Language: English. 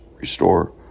restore